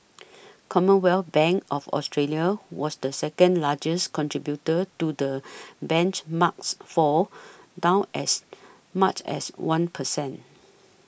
Commonwealth Bank of Australia was the second largest contributor to the benchmark's fall down as much as one per cent